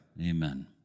Amen